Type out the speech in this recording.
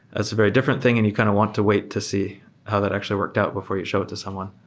that's a very different thing and you kind of want to wait to see how that actually worked out before you show it to someone.